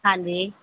ਹਾਂਜੀ